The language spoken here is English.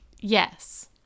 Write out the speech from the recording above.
Yes